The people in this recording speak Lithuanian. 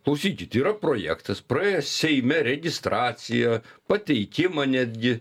klausykit yra projektas praėjo seime registraciją pateikimą netgi